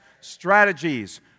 Strategies